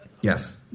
yes